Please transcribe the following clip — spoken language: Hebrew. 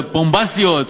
בכותרות בומבסטיות,